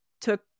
took